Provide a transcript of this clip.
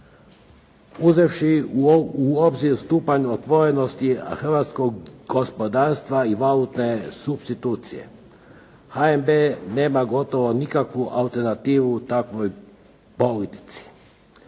Uzevši u obzir stupanj otvorenosti hrvatskog gospodarstva i valutne supstitucije HNB nema gotovo nikakvu alternativu u takvoj politici.